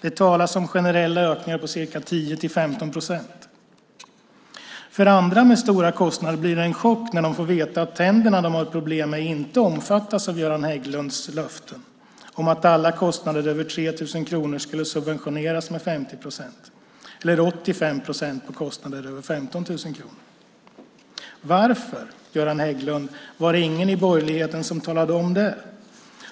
Det talas om generella ökningar på 10-15 procent. För andra med stora kostnader blir det en chock när de får veta att tänderna de har problem med inte omfattas av Göran Hägglunds löften om att alla kostnader över 3 000 kronor skulle subventioneras med 50 procent, eller 85 procent för kostnader över 15 000 kronor. Varför, Göran Hägglund, var det ingen i borgerligheten som talade om det?